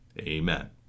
Amen